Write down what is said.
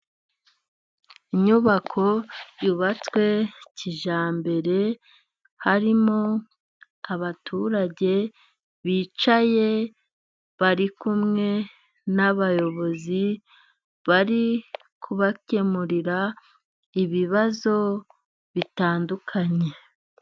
Inyubako yubatswe kijyambere, harimo abaturage bicaye, bari kumwe n'abayobozi, bari kubakemurira ibibazo bitandukanye.